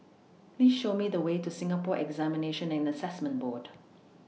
Please Show Me The Way to Singapore Examinations and Assessment Board